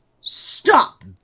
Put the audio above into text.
Stop